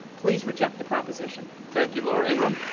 please reject the proposition. thank you, laura ingraham. ah